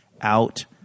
out